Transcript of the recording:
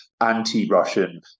anti-Russian